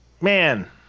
man